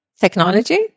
technology